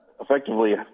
effectively